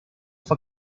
fue